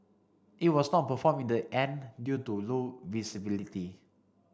it was not performed in the end due to low visibility